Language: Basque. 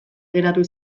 geratu